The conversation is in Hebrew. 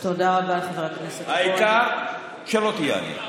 העיקר שלא תהיה עלייה.